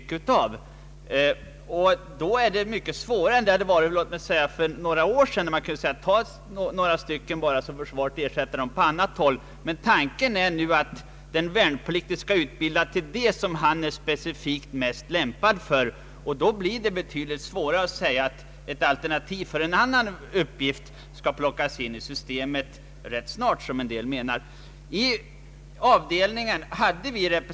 Det är därför i dag mycket svårare än det var för låt mig säga några år sedan då man hade mindre noggranna metoder att placera folk. Nu är tanken den att en värnpliktig skall utbildas på det område som han är mest lämplig för. Det blir under sådana förhållanden betydligt svårare att, som några menar, plocka in ett alternativ i värnpliktssystemet.